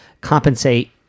compensate